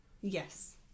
Yes